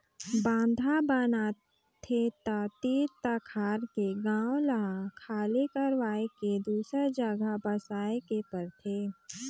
बांधा बनाथे त तीर तखार के गांव ल खाली करवाये के दूसर जघा बसाए के परथे